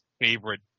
favorite